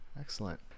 Excellent